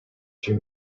few